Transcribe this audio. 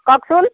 কওকচোন